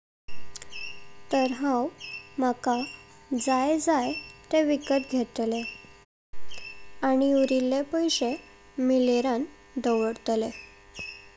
तार हांव म्हाका जाई जाई तेह विकत घेतले आनी उरिल्ले पैशे मीलेरात दावर्तले।